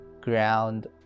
ground